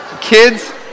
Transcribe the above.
kids